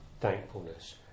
thankfulness